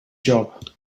job